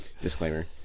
Disclaimer